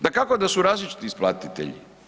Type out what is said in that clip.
Dakako da su različiti isplatitelji.